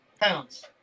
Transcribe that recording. Pounds